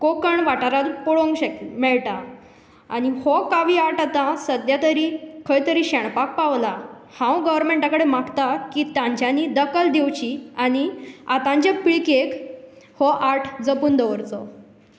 कोंकण वाठारांत पळोवंक शक मेळटा आनी हो कावी आर्ट आतां सद्याक तरी खंय तरी शेणपाक पावला हांव गर्वमँटा कडेन मागतां की तांच्यांनी दकल दिवची आनी आतांचे पिळगेक हो आर्ट जपून दवरचो